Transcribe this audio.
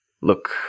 Look